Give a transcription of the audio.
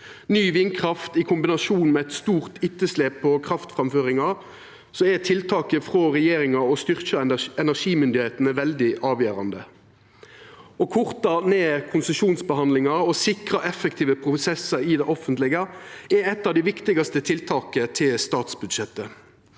Ny vindkraft i kombinasjon med eit stort etterslep på kraftframføringa gjer tiltaket frå regjeringa om å styrkja energimyndigheitene veldig avgjerande. Å korta ned konsesjonsbehandlinga og sikra effektive prosessar i det offentlege er eitt av dei viktigaste tiltaka i statsbudsjettet.